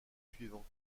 suivant